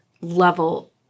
level